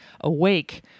awake